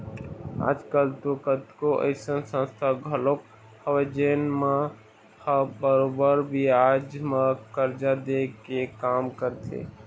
आज कल तो कतको अइसन संस्था घलोक हवय जेन मन ह बरोबर बियाज म करजा दे के काम करथे